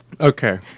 Okay